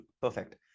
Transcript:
Perfect